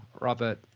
Robert